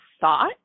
thought